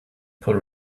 pull